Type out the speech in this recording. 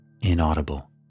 inaudible